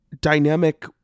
dynamic